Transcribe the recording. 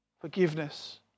Forgiveness